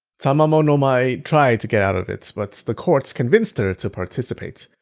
tamamo no mae tried to get out of it, but the court convinced her to participate.